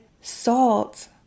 salt